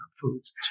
foods